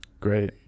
Great